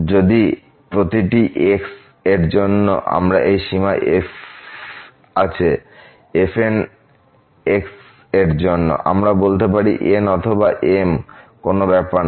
যদি প্রতিটি x∈ab এর জন্য আমরা এই সীমা f আছে fn এর জন্য আমরা বলতে পারি n অথবা m কোন ব্যাপার না